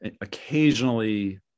occasionally